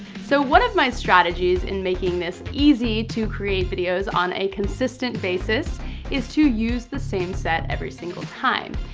so one of my strategies in making this easy to create videos on a consistent basis is to use the same set every single time.